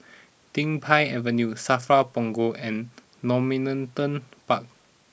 Din Pang Avenue Safra Punggol and Normanton Park